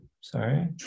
sorry